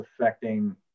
affecting